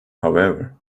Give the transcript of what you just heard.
however